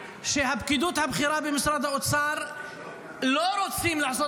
שבפקידות הבכירה במשרד האוצר לא רוצים לעשות